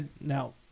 now